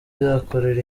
akorera